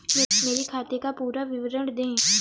मेरे खाते का पुरा विवरण दे?